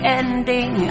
ending